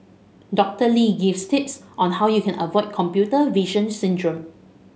Doctor Lee gives tips on how you can avoid computer vision syndrome